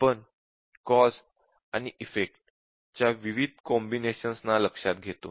आपण कॉज़ आणि इफेक्ट च्या विविध कॉम्बिनेशन्स ना लक्षात घेतो